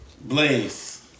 Blaze